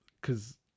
Cause